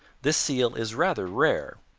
this seal is rather rare.